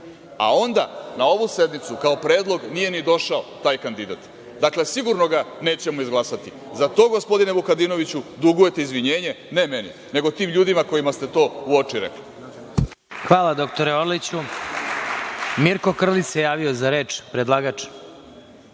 a onda na ovu sednicu kao predlog nije ni došao taj kandidat. Dakle, sigurno ga nećemo izglasati.Za to gospodine Vukadinoviću dugujete izvinjenje ne meni, nego tim ljudima kojima ste to u oči rekli. **Vladimir Marinković** Mirko Krlić se javio za reč, predlagač.